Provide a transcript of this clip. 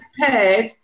prepared